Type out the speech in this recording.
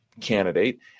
candidate